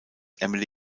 emily